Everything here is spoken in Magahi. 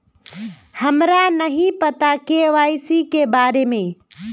हमरा नहीं पता के.वाई.सी के बारे में?